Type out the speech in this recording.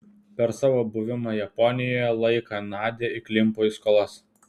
per savo buvimo japonijoje laiką nadia įklimpo į skolas